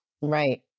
Right